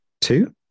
two